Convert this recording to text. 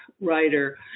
writer